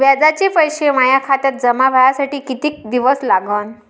व्याजाचे पैसे माया खात्यात जमा व्हासाठी कितीक दिवस लागन?